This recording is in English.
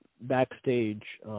backstage